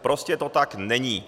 Prostě to tak není.